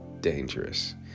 dangerous